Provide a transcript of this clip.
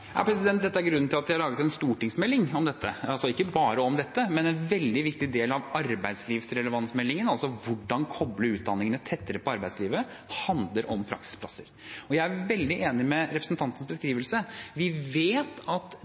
Dette er grunnen til at vi har laget en stortingsmelding om dette – ikke bare om dette, men en veldig viktig del av arbeidslivsrelevansmeldingen, altså hvordan koble utdanningene tettere til arbeidslivet, handler om praksisplasser. Jeg er veldig enig i representantens beskrivelse. Vi vet at